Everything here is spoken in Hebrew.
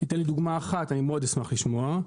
ייתן לי דוגמה אחת, אני מאוד אשמח לשמוע.